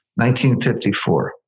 1954